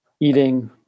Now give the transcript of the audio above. eating